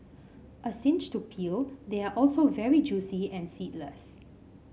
a cinch to peel they are also very juicy and seedless